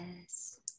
Yes